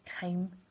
time